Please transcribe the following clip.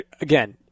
again